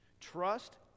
trust